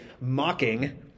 mocking